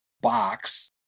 box